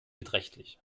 beträchtlich